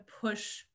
push